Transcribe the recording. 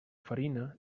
farina